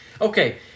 Okay